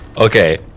okay